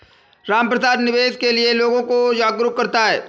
रामप्रसाद निवेश के लिए लोगों को जागरूक करता है